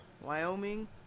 Wyoming